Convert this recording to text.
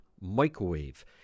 microwave